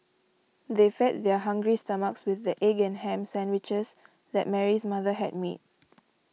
they fed their hungry stomachs with the egg and ham sandwiches that Mary's mother had made